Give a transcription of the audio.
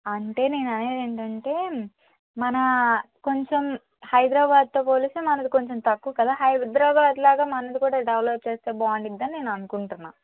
అంటే నేను అనేది ఏంటంటే మన కొంచెం హైదరాబాదుతో పోలిస్తే మనది కొంచెం తక్కువ కదా హైదరాబాదు లాగా మనది కూడా డెవలప్ చేస్తే బాగుంటుందని నేను అనుకుంటున్నాను